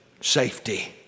safety